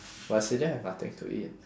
but stadium have nothing to eat